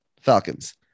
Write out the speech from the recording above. Falcons